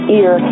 ear